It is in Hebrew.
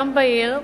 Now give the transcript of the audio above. יום בהיר,